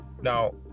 now